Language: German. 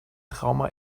trauma